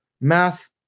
math